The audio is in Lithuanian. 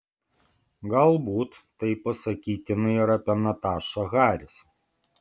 galbūt tai pasakytina ir apie natašą haris